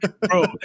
Bro